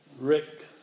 Rick